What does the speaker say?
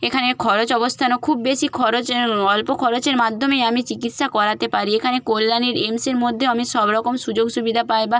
এখানে খরচ অবস্থানও খুব বেশি খরচ অল্প খরচের মাধ্যমেই আমি চিকিৎসা করাতে পারি এখানে কল্যাণীর এইমসের মধ্যেও আমি সব রকম সুযোগ সুবিধা পাই বা